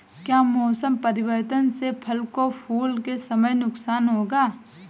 क्या मौसम परिवर्तन से फसल को फूल के समय नुकसान होगा?